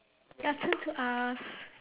your turn to ask